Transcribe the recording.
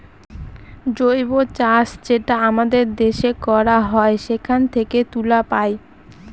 জৈব চাষ যেটা আমাদের দেশে করা হয় সেখান থেকে তুলা পায়